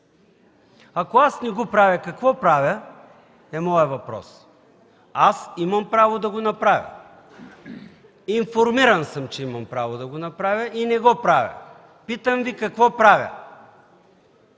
ако аз не го правя, какво правя, е моят въпрос? Аз имам право да го направя, информиран съм, че имам право да го направя и не го правя, питам Ви: какво правя?